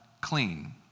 clean